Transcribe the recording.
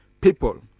people